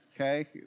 okay